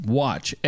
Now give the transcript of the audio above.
watch